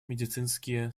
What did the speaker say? медицинские